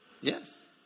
Yes